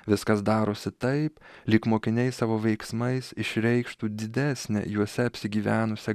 viskas darosi taip lyg mokiniai savo veiksmais išreikštų didesnę juose apsigyvenusią